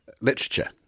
literature